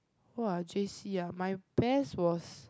!wah! J_C ah my best was